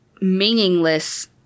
meaningless